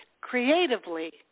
creatively